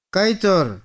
Kaitor